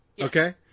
Okay